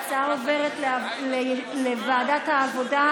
וההצעה עוברת לוועדת העבודה,